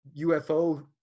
UFO